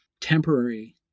temporary